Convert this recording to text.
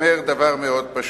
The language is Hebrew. אומר דבר מאוד פשוט.